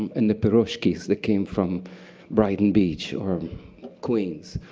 and the piroshkis that came from brighton beach or queens.